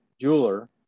jeweler